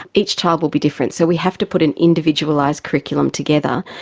each child will be different. so we have to put an individualised curriculum together.